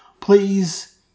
please